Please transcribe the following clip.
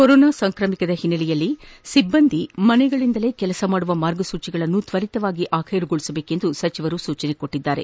corona ಸಾಂಕ್ರಾಮಿಕದ ಹಿನ್ನೆಲೆಯ ಸಿಬ್ಬಂದಿ ಮನೆಗಳಿಂದಲೇ ಕೆಲಸ ಮಾಡುವ ಮಾರ್ಗಸೂಚಿಗಳನ್ನು ತ್ವರಿತವಾಗಿ ಅಂತಿಮಗೊಳಿಸಬೇಕೆಂದು ಸಚಿವರು ಸೂಚಿಸಿದ್ದಾರೆ